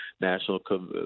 National